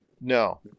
No